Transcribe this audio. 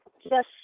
Yes